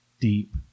deep